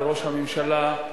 לראש הממשלה,